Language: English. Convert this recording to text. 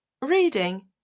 reading